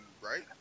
right